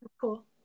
cool